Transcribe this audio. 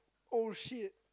oh shit